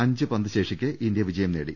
അഞ്ച് പന്ത് ശേഷിക്കെ ഇന്ത്യ വിജയം നേടി